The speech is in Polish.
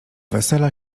wesela